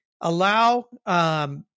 Allow